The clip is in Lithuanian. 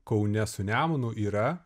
kaune su nemunu yra